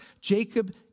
Jacob